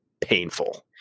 painful